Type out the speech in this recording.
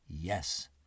yes